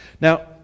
Now